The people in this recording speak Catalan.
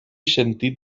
sentit